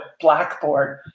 blackboard